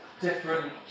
different